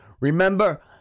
Remember